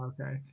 okay